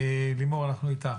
לימור, אנחנו איתך.